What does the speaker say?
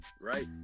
right